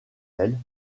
elle